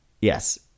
Yes